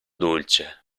dolce